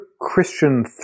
Christian